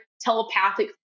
telepathic